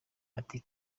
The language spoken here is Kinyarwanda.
ati